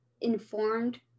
informed